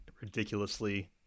ridiculously